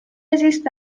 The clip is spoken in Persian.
زیست